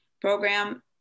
program